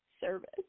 service